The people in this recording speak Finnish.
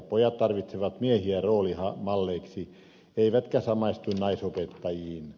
pojat tarvitsevat miehiä roolimalleiksi eivätkä samaistu naisopettajiin